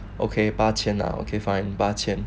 okay 八千那 okay fine 八千